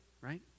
right